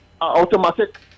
automatic